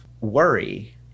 worry